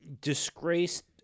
disgraced